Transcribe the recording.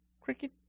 Cricket